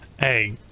Hey